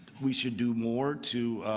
we should do more to